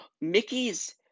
Mickey's